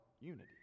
unity